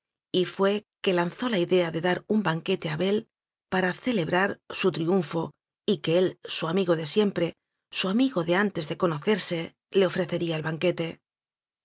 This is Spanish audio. y fué que lanzó la idea de dar un banquete a abel para celebrar su triunfo y que él su amigo de siempre su amigo de an tes de conocerse le ofrecería el banquete